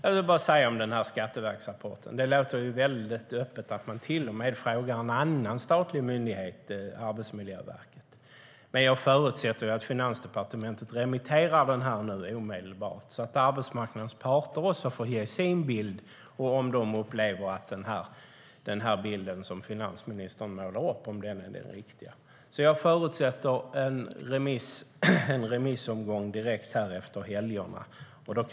Jag vill säga om den här skatteverksrapporten att det låter väldigt öppet att man till och med frågar en annan statlig myndighet, alltså Arbetsmiljöverket. Men jag förutsätter att Finansdepartementet remitterar det här omedelbart, så att arbetsmarknadens parter också får ge sin bild av detta och berätta om de upplever att den bild som finansministern ger är den riktiga. Jag förutsätter alltså att det blir en remissomgång direkt efter helgerna.